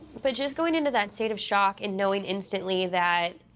but just going into that state of shock and knowing instantly that